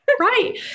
Right